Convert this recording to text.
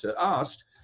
asked